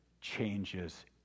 changes